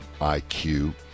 IQ